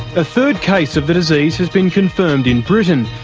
a third case of the disease has been confirmed in britain.